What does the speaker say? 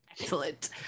Excellent